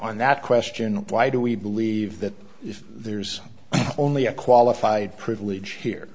on that question why do we believe that if there's only a qualified privilege